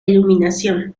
iluminación